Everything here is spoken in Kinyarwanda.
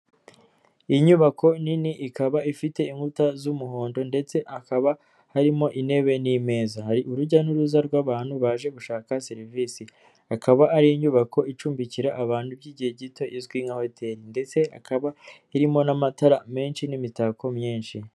Iyi nyubako nini ikaba ifite inkuta z'umuhondo ndetse hakaba harimo intebe n'ameza hari urujya n'uruza rw'abantu baje gushaka serivisi ikaba ari inyubako icumbikira abantu by'igihe gito izwi nka hoteri ndetse ikaba irimo n'amatara menshi n'imitako myinshi.